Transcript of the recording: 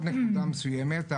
עוד נקודה מסוימת,